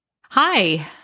Hi